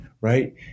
right